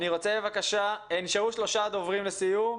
נשארו שלושה דוברים לסיום,